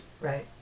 Right